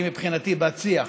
היא מבחינתי בת-שיח,